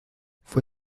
fue